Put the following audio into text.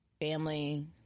family